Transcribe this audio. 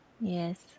Yes